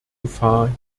gefahr